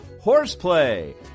Horseplay